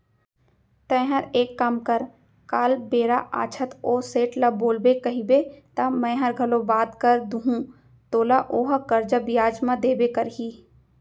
तैंहर एक काम कर काल बेरा आछत ओ सेठ ल बोलबे कइबे त मैंहर घलौ बात कर दूहूं तोला ओहा करजा बियाज म देबे करही